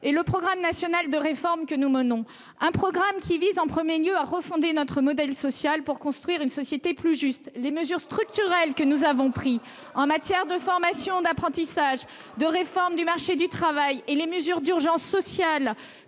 et le programme national de réformes que nous menons. Ce programme vise, en premier lieu, à refonder notre modèle social pour construire une société plus juste. Les mesures structurelles que nous avons prises en matière de formation, d'apprentissage et de réforme du marché du travail, ainsi que les mesures d'urgence sociale